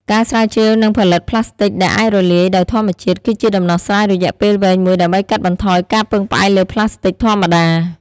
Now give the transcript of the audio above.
ការស្រាវជ្រាវនិងផលិតប្លាស្ទិកដែលអាចរលាយដោយធម្មជាតិ គឺជាដំណោះស្រាយរយៈពេលវែងមួយដើម្បីកាត់បន្ថយការពឹងផ្អែកលើប្លាស្ទិកធម្មតា។